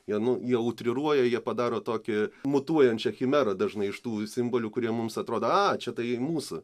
jie nu jie utriruoja jie padaro tokį mutuojančią chimerą dažnai iš tų simbolių kurie mums atrodo a čia tai mūsų